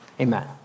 Amen